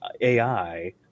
AI